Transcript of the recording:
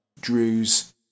Drew's